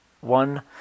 one